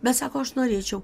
bet sako aš norėčiau